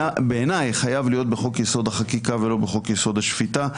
בעיניי חייב להיות בחוק יסוד: החקיקה ולא בחוק יסוד: השפיטה.